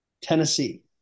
Tennessee